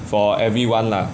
for everyone lah